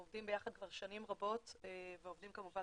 אנחנו עובדים ביחד כבר שנים רבות ועובדים כמובן